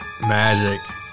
magic